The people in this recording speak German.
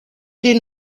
den